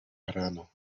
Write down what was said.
verano